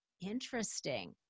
Interesting